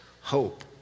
hope